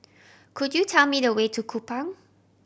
could you tell me the way to Kupang